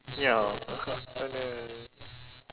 ya oh no